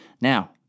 Now